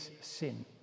sin